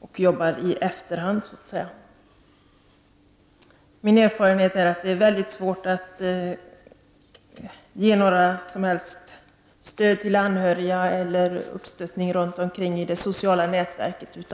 och arbetar så att säga i efterhand. Min erfarenhet är att det är mycket svårt att ge stöd till anhöriga eller att ge stöd i det sociala nätverket.